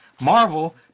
Marvel